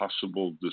possible